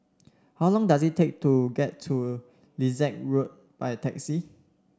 how long does it take to get to Lilac Road by taxi